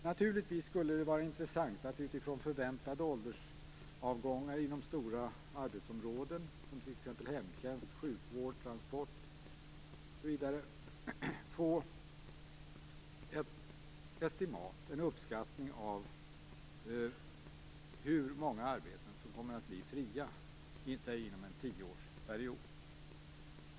Naturligtvis skulle det vara intressant att utifrån förväntade åldersavgångar inom stora arbetsområden, t.ex. hemtjänst, sjukvård och transporter, få ett estimat, en uppskattning, av hur många arbeten som kommer att bli fria inom låt oss säga en tioårsperiod.